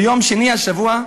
ביום שני השבוע,